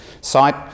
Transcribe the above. site